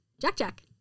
Jack-Jack